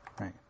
Right